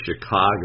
Chicago